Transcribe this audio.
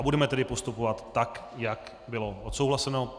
Budeme tedy postupovat tak, jak bylo odsouhlaseno.